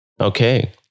Okay